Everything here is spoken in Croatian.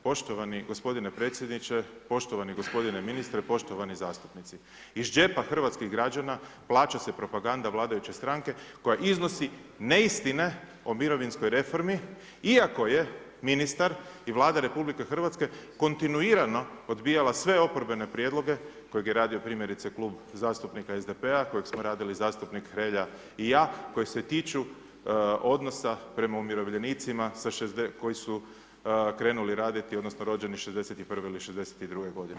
Poštovani gospodine predsjedniče, poštovani gospodine ministre, poštovani zastupnici, Iz džepa hrvatskih građana plaća se propaganda vladajuće stranke koja iznose neistine o mirovinskoj reformi iako je ministar i Vlada Rh kontinuirano odbijala sve oporbene prijedloge kojeg je radio primjerice Klub zastupnika SDP-a, kojeg smo radili zastupnik Hrelja i ja, koji se tiču odnosa prema umirovljenicima koji su krenuli raditi odnosno rođeni '61. ili '62. godine.